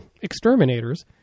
exterminators